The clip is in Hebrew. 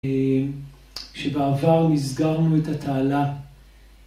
שבעבר מסגרנו את התעלה